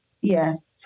yes